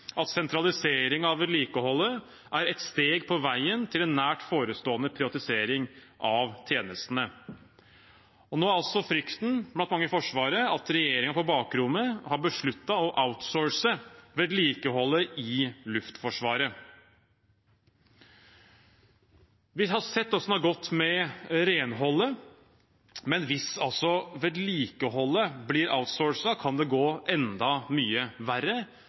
at sentralisering av vedlikeholdet er et steg på veien til en nært forestående privatisering av tjenestene. Nå er frykten blant mange i Forsvaret at regjeringen på bakrommet har besluttet å outsource vedlikeholdet i Luftforsvaret. Vi har sett hvordan det har gått med renholdet, men hvis vedlikeholdet blir outsourcet, kan det gå enda mye verre.